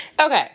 Okay